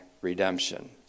redemption